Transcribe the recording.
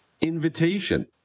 invitation